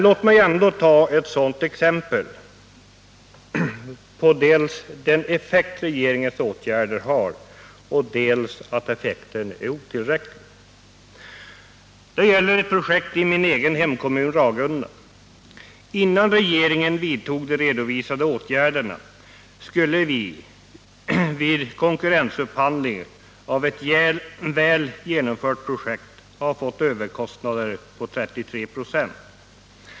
Låt mig ändå ta ett sådant exempel, som visar dels den effekt regeringens åtgärder har, dels att effekten är otillräcklig. Det gäller ett projekt i min egen hemkommun Ragunda. Innan regeringen vidtog de redovisade åtgärderna skulle vi vid konkurrensupphandling av ett väl genomfört projekt ha fått överkostnader på 33 96.